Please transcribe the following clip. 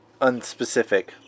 unspecific